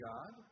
God